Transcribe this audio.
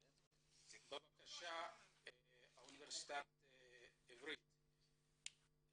בבקשה מהאוניברסיטה העברית,